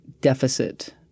deficit